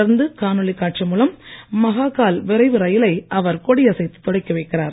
தொடர்ந்து காணொலி காட்சி மூலம் மஹாகாள் விரைவு ரயிலை அவர் கொடியசைத்து தொடக்கி வைக்கிறார்